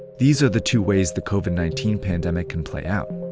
these are the two ways the covid nineteen pandemic can play out.